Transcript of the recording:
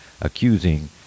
accusing